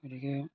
গতিকে